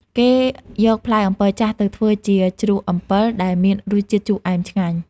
គេយកផ្លែអំពិលចាស់ទៅធ្វើជា ជ្រក់អំពិល ដែលមានរសជាតិជូរអែមឆ្ងាញ់។